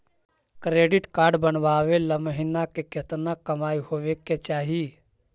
Credit card बनबाबे ल महीना के केतना कमाइ होबे के चाही?